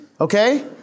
Okay